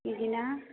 बिदिना